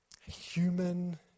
human